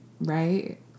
right